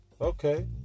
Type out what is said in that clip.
okay